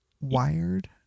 Wired